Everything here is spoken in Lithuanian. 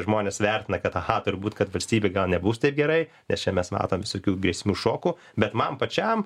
žmonės vertina kad aha turbūt kad valstybei gal nebus taip gerai nes čia mes matom visokių grėsmių šokų bet man pačiam